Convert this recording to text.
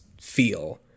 feel